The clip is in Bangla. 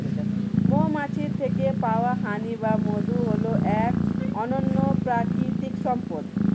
মৌমাছির থেকে পাওয়া হানি বা মধু হল এক অনন্য প্রাকৃতিক সম্পদ